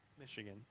Michigan